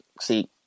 see